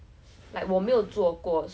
like 你讲真的吗 that kind of thing